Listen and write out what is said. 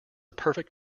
perfect